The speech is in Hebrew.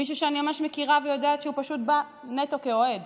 מישהו שאני ממש מכירה ויודעת שהוא בא נטו כאוהד.